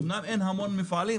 אמנם אין המון מפעלים,